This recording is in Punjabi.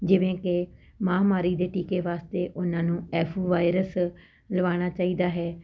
ਜਿਵੇਂ ਕਿ ਮਹਾਂਮਾਰੀ ਦੇ ਟੀਕੇ ਵਾਸਤੇ ਉਹਨਾਂ ਨੂੰ ਐਫ ਵਾਇਰਸ ਲਗਵਾਉਣਾ ਚਾਹੀਦਾ ਹੈ